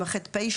עם ה-ח.פ.